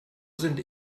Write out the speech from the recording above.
sind